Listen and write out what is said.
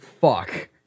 Fuck